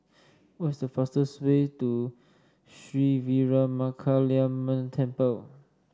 what's the fastest way to Sri Veeramakaliamman Temple